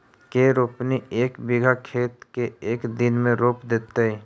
के रोपनी एक बिघा खेत के एक दिन में रोप देतै?